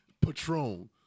Patron